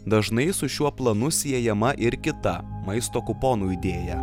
dažnai su šiuo planu siejama ir kita maisto kuponų idėja